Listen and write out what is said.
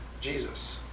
Jesus